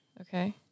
Okay